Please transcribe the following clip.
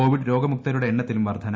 Covid രോഗമുക്തരുടെ എണ്ണത്തിലും വർധന